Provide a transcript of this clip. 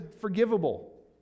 forgivable